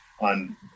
on